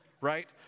right